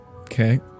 Okay